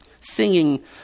singing